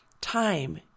Time